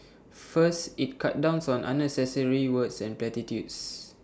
first IT cuts downs on unnecessary words and platitudes